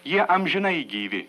jie amžinai gyvi